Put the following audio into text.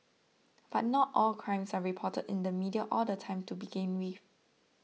but not all crimes are reported in the media all the time to begin with